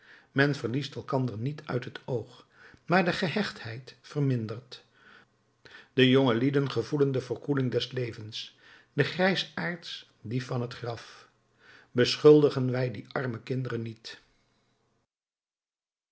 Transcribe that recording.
men verliest elkander niet uit het oog maar de gehechtheid vermindert de jongelieden gevoelen de verkoeling des levens de grijsaards die van het graf beschuldigen wij die arme kinderen niet